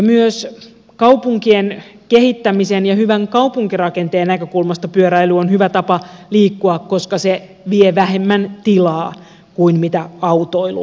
myös kaupunkien kehittämisen ja hyvän kaupunkirakenteen näkökulmasta pyöräily on hyvä tapa liikkua koska se vie vähemmän tilaa kuin mitä autoilu vie